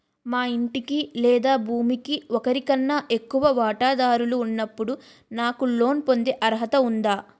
మా ఇంటికి లేదా భూమికి ఒకరికన్నా ఎక్కువ వాటాదారులు ఉన్నప్పుడు నాకు లోన్ పొందే అర్హత ఉందా?